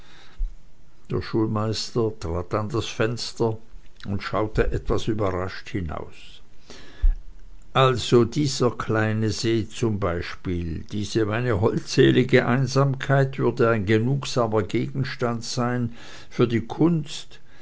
der schulmeister trat an das fenster und schaute etwas überrascht hinaus also dieser kleine see zum beispiel diese meine holdselige einsamkeit würde ein genugsamer gegenstand sein für die kunst